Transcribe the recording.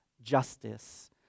justice